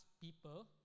people